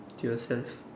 to yourself